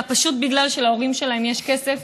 אלא פשוט בגלל שלהורים שלהם יש כסף